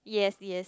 yes yes